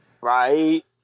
Right